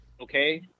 Okay